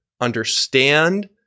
understand